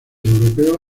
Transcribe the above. europeo